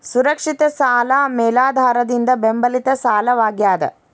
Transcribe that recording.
ಸುರಕ್ಷಿತ ಸಾಲ ಮೇಲಾಧಾರದಿಂದ ಬೆಂಬಲಿತ ಸಾಲವಾಗ್ಯಾದ